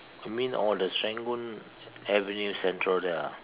you mean oh the Serangoon avenue central there ah